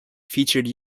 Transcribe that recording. featured